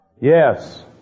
Yes